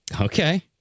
okay